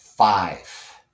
Five